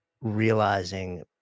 realizing